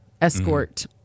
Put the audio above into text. escort